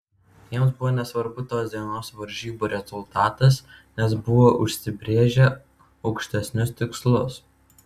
jiems buvo nesvarbu tos dienos varžybų rezultatas nes buvo užsibrėžę aukštesnius tikslus